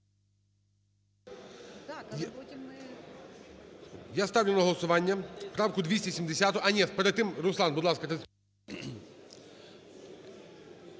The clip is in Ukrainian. Я ставлю на голосування правку 270. А, ні, перед тим Руслан, будь ласка…